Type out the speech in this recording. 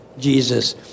Jesus